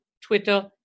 Twitter